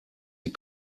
die